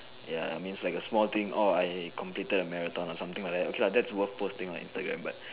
ya I mean is like a small thing orh I completed a marathon or something like that okay lah that's worth posting on Instagram